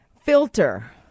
filter